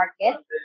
market